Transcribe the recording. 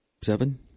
seven